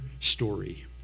story